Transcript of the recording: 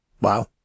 Wow